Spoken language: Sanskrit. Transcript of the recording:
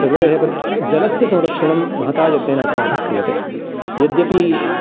प्रकृतेः जलस्य संरक्षणम् महता यत्नेन अस्माभिः क्रियते यद्यपि